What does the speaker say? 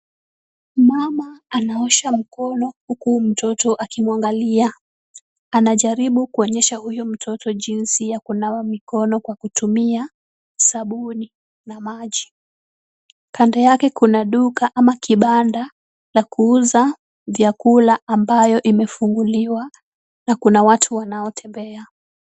Mama anaosha mkono huku mtoto akimwangalia. Anajaribu kuonyesha huyo mtoto jinsi ya kunawa mkono kwa kutumia sabuni na maji. Kando yake kuna duka ama kibanda ya kuuza vyakula ambayo imefunguliwa na kuna watu wanaotembea.